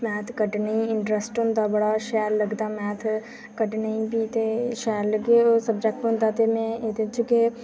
math कड्ढने ई interest होंदा बड़ा शैल लगदा मैथ कड्ढने ई बी ते शैल लगदा ओह् सब्जैक्ट होंदा ते में एह्दे च गै